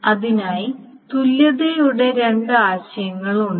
അതിനായി തുല്യതയുടെ രണ്ട് ആശയങ്ങൾ ഉണ്ട്